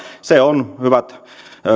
se on hyvät